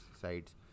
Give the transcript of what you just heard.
sides